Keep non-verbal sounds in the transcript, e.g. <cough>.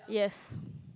yes <breath>